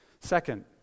Second